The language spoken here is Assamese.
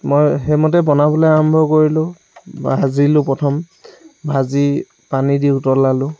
মই সেইমতে বনাবলে আৰম্ভ কৰিলোঁ ভাজিলোঁ প্ৰথম ভাজি পানী দি উতলালো